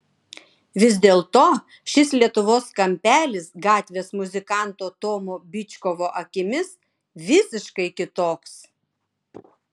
vis dėlto šis lietuvos kampelis gatvės muzikanto tomo byčkovo akimis visiškai kitoks